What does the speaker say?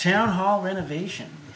town hall renovation